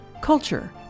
culture